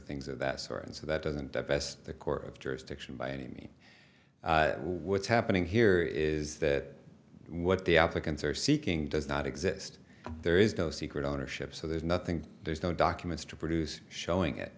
things of that sort and so that doesn't divest the court of jurisdiction by any means what's happening here is that what the applicants are seeking does not exist there is no secret ownership so there's nothing there's no documents to produce showing it